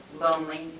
lonely